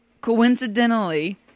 coincidentally